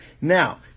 Now